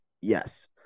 yes